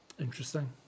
interesting